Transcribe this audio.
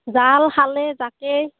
জাল খালৈ জাকৈ